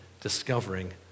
discovering